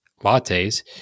lattes